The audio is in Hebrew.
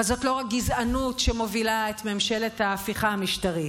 אבל זאת לא רק גזענות שמובילה את ממשלת ההפיכה המשטרית,